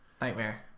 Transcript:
Nightmare